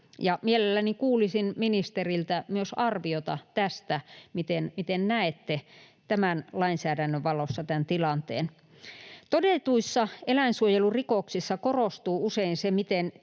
Mielelläni kuulisin ministeriltä myös arviota tästä, miten näette tämän lainsäädännön valossa tämän tilanteen. Todetuissa eläinsuojelurikoksissa korostuu usein se, miten